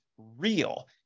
Real